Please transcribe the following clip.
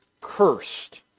cursed